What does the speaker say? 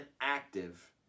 active